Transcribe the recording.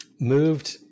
MOVED